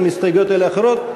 עם הסתייגויות כאלה ואחרות,